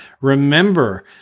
remember